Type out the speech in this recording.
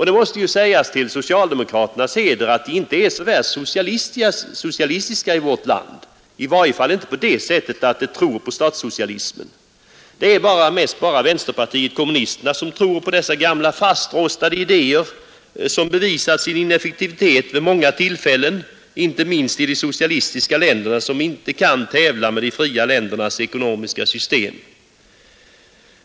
Det måste sägas till socialdemokraternas heder att de inte är så värst socialistiska i vårt land, i varje fall inte på det sättet att de tror på statssocialism. Det är mest bara vänsterpartiet kommunisterna som tror på dessa gamla fastrostade idéer som bevisat sin ineffektivitet vid många tillfällen, inte minst i de socialistiska länderna som inte kan tävla med de fria ländernas ekonomiska system.